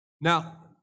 now